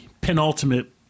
penultimate